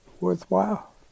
worthwhile